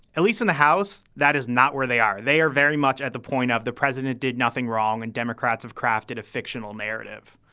at least in the house. that is not where they are. they are very much at the point of the president did nothing wrong. and democrats have crafted a fictional narrative.